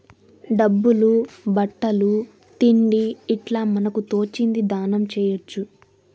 డబ్బులు బట్టలు తిండి ఇట్లా మనకు తోచింది దానం చేయొచ్చు